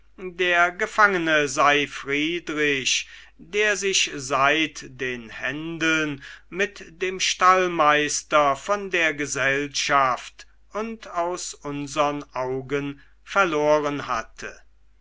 der gefangene sei friedrich der sich seit den händeln mit dem stallmeister von der gesellschaft und aus unsern augen verloren hatte